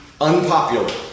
Unpopular